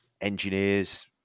engineers